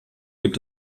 gibt